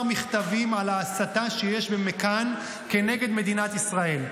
מכתבים על ההסתה שיש במכאן כנגד מדינת ישראל.